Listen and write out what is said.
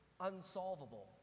unsolvable